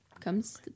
comes